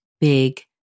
big